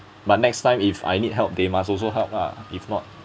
but next time if I need help they must also help lah if not